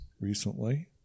recently